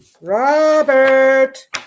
Robert